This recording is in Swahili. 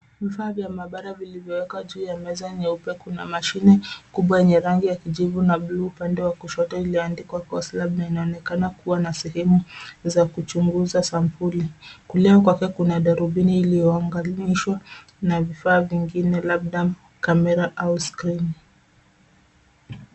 Vifaa vya maabara viliwekwa juu ya meza nyeupe. Kuna mashine kubwa yenye rangi ya kijivu na blue upande wa kushoto iliyoandikwa Coslab na inaonekana kuwa na sehemu za kuchunguza sampuli. Kulia kwake kuna darubini iliyounganishwa na vifaa vingine, labda kamera au skrini.